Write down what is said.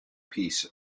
piece